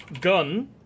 gun